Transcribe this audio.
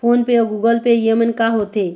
Phone पे अउ Google पे येमन का होते?